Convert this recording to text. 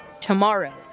tomorrow